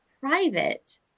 private